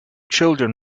children